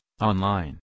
online